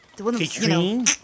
Katrine